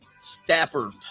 Stafford